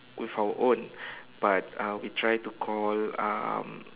with our own but uh we try to call um